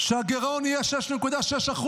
שהגירעון יהיה 6.6%,